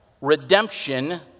redemption